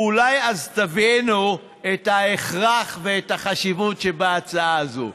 ואולי אז תבינו את ההכרח והחשיבות שבהצעה הזאת.